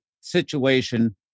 situation